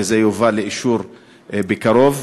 וזה יובא לאישור בקרוב.